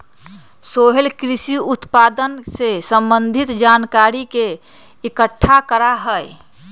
सोहेल कृषि उत्पादन से संबंधित जानकारी के इकट्ठा करा हई